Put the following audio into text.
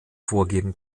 vorgeben